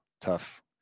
tough